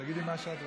תגידי מה שאת רוצה.